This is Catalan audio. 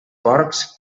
porcs